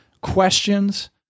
questions